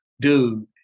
Dude